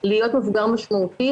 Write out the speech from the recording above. יש עוד המון נתונים,